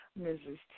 Mrs